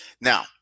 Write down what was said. Now